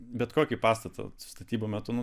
bet kokį pastatą statybų metu nu